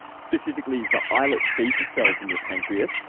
specifically the islet beta cells and your pancreas,